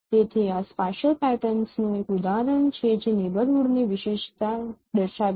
તેથી આ સ્પાશિયલ પેટર્ન્સનું એક ઉદાહરણ છે જે નેબરહૂડ ની વિશિષ્ટતા દર્શાવે છે